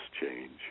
change